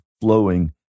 flowing